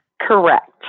Correct